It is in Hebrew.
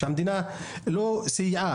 שהמדינה לא סייעה,